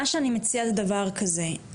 מה שאני מציעה זה דבר כזה,